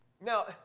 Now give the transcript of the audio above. Now